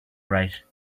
right